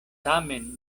tamen